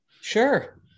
Sure